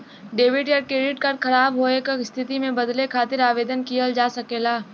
debit या credit card ख़राब होये क स्थिति में बदले खातिर आवेदन किहल जा सकला